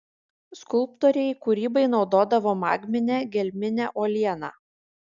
skulptoriai kūrybai naudodavo magminę gelminę uolieną